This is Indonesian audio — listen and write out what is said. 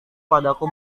padaku